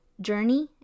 journey